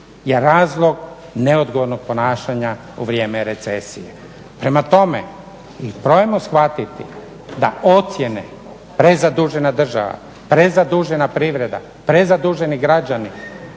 je razlog neodgovornog ponašanja u vrijeme recesije. Prema tome mi probajmo shvatiti da ocjene prezadužena država, prezadužena privreda, prezaduženi građani